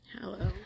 Hello